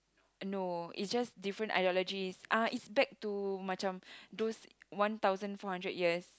no it's just different ideologies uh it's back to macam those one thousand four hundred years